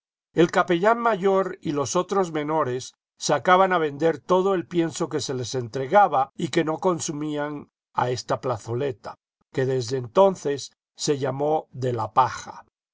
el capellán mayor y los otros menores sacaban a vender todo el pienso que se les entregaba y que no consumían a esta plazoleta que desde entonces se llamó de la paja